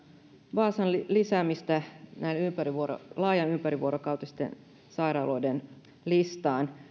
vaasan lisäämistä laajan ympärivuorokautisen päivystyksen sairaaloiden listaan